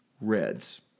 Reds